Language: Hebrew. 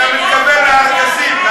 אתה מתכוון לארגזים.